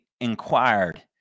inquired